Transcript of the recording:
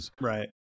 right